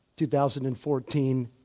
2014